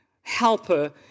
helper